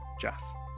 Jeff